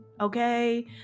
Okay